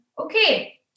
Okay